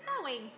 sewing